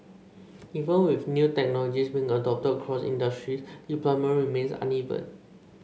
even with new technologies being adopted across industry deployment remains uneven